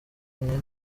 imwe